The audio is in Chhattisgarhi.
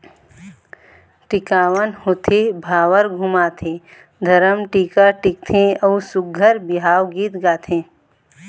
टिकावन होथे, भांवर घुमाथे, धरम टीका टिकथे अउ सुग्घर बिहाव गीत गाथे